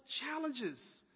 challenges